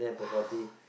!wow!